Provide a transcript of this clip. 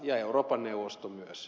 ja euroopan neuvosto myös